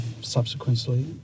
subsequently